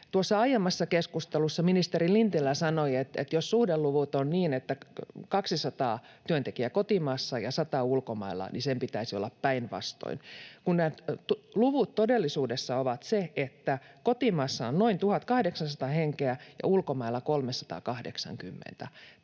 aiemmassa keskustelussa ministeri Lintilä sanoi, että jos suhdeluvut ovat niin, että 200 työntekijää kotimaassa ja 100 ulkomailla, niin sen pitäisi olla päinvastoin. Todellisuudessa luvut ovat ne, että kotimassa on noin 1 800 henkeä ja ulkomailla 380.